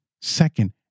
second